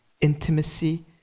intimacy